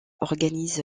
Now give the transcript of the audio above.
organise